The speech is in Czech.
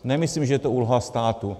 Nemyslím, že je to úloha státu.